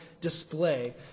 display